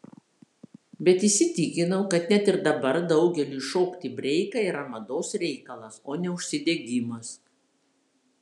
bet įsitikinau kad net ir dabar daugeliui šokti breiką yra mados reikalas o ne užsidegimas